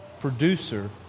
producer